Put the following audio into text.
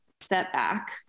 setback